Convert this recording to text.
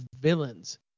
Villains